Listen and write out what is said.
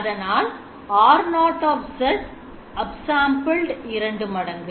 அதனால் R0 upsampled 2 மடங்கு